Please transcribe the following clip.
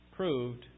Proved